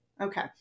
Okay